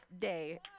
day